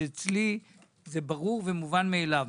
אצלי זה ברור ומובן מאליו.